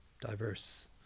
diverse